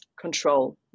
control